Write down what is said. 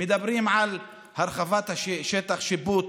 מדברים על הרחבת שטח השיפוט